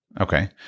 Okay